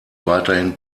weiterhin